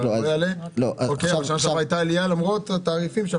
שנה שעברה הייתה עלייה למרות התעריפים.